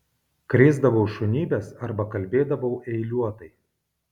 krėsdavau šunybes arba kalbėdavau eiliuotai